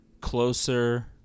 closer